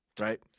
Right